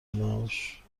معاش